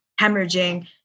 hemorrhaging